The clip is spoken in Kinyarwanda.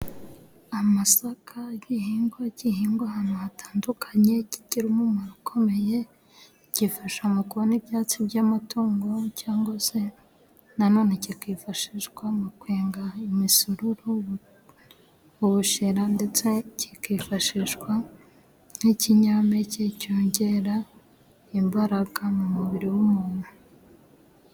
Amasaka ni igihingwa gihingwa ahantu hatandukanye. Kigira umumaro ukomeye. Gifasha mu kubona ibyatsi by'amatungo cyangwa se na none kikifashishwa mu kwenga imisururu, ubushera ndetse kikifashishwa nk'ikinyampeke cyongera imbaraga mu mubiri w'umuntu.